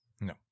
No